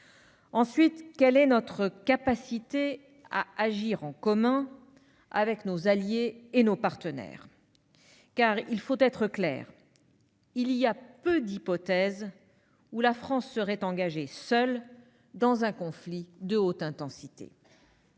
Ensuite, quelle est notre capacité à agir en commun avec nos alliés et nos partenaires ? Soyons clairs, il y a peu d'hypothèses dans lesquelles la France serait engagée seule dans un conflit de haute intensité.